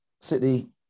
City